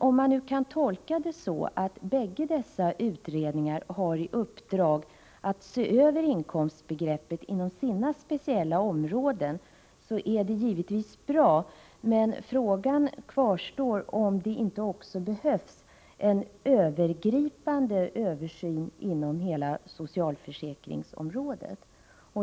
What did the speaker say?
Om man nu kan tolka detta så, att båda dessa utredningar har i uppdrag att se över inkomstbegreppet inom sina specialområden är det givetvis bra, men frågan kvarstår om det inte också behövs en övergripande översyn inom hela socialförsäkringsområdet.